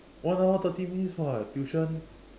one hour thirty minutes [what] tuition